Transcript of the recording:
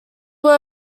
were